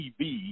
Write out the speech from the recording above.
TV